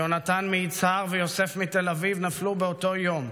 יהונתן מיצהר ויוסף מתל אביב נפלו באותו יום.